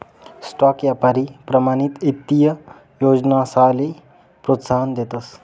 stock यापारी प्रमाणित ईत्तीय योजनासले प्रोत्साहन देतस